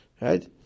Right